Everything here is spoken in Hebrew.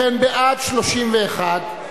בעד, 31,